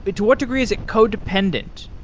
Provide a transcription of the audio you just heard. but to what degree is it codependent?